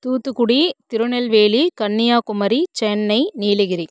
Thoothukudi Tirunelveli Kanyakumari Chennai Nilgiri